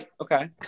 Okay